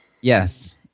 Yes